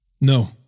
No